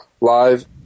live